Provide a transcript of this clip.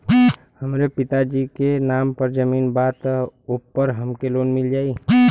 हमरे पिता जी के नाम पर जमीन बा त ओपर हमके लोन मिल जाई?